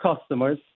customers